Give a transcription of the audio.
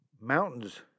mountains